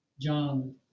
John